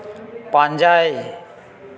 ᱯᱟᱸᱡᱟᱭ